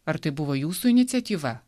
ar tai buvo jūsų iniciatyva